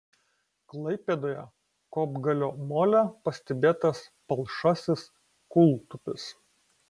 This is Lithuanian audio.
klaipėdoje kopgalio mole pastebėtas palšasis kūltupis